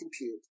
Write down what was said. compute